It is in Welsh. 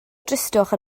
dristwch